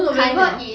开了